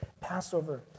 Passover